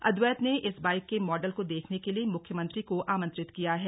अद्वैत ने इस बाइक के मॉडल को देखने के लिए मुख्यमंत्री को आमंत्रित किया है